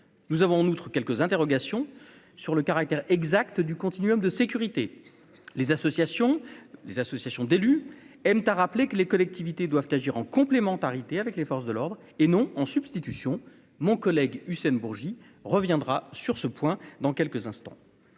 nous avons en outre quelques interrogations sur le caractère exact du continuum de sécurité, les associations, les associations d'élus aiment à rappeler que les collectivités doivent agir en complémentarité avec les forces de l'ordre et non en substitution, mon collègue Hussein Bourgi reviendra sur ce point dans quelques instants,